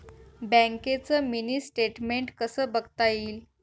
बँकेचं mini statement कसं बघता येईल?